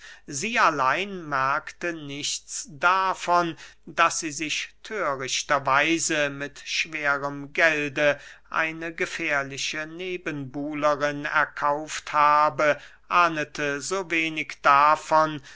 sie allein merkte nichts davon daß sie sich thörichter weise mit schwerem gelde eine gefährliche nebenbuhlerin erkauft habe ahnete so wenig davon